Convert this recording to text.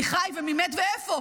מי חי ומי מת ואיפה.